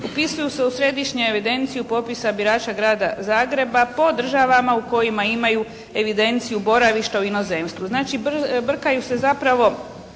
upisuju se u središnju evidenciju popisa birača Grada Zagreba po državama u kojima imaju evidenciju boravišta u inozemstvu. Znači, brkaju se zapravo